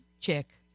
chick